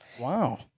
Wow